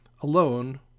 alone